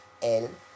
El